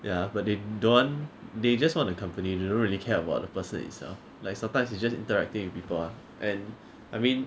ya but they don't want they just want the company they don't really care about the person itself like sometimes is just interacting with people ah and I mean